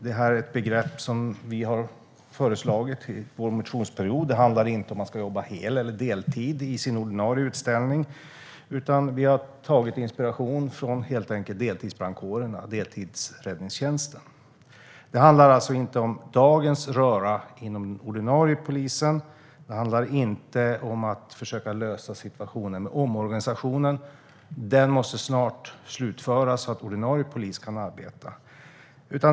Det är ett begrepp som vi föreslog under motionsperioden. Det handlar inte om att man ska jobba hel eller deltid i sin ordinarie anställning, utan vi har helt enkelt tagit inspiration från deltidsräddningstjänsten. Det handlar alltså inte om dagens röra inom den ordinarie polisen. Det handlar inte om att försöka lösa situationen med omorganisationen; den måste snart slutföras så att ordinarie polis kan arbeta.